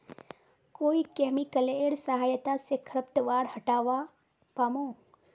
कोइ केमिकलेर सहायता से खरपतवार हटावा पामु